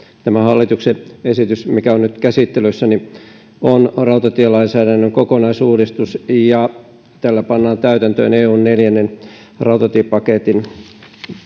tämä hallituksen esitys mikä on nyt käsittelyssä on rautatielainsäädännön kokonaisuudistus ja tällä pannaan täytäntöön eun neljännen rautatiepaketin